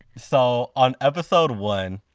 so on episode one,